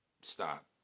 Stop